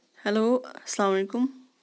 hello اسلام علیکم